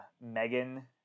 megan